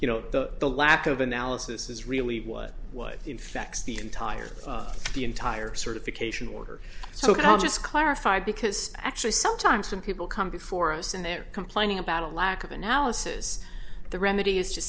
you know the lack of analysis is really what would infects the entire the entire certification order so i'll just clarify because actually sometimes when people come before us and they're complaining about a lack of analysis the remedy is to